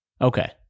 Okay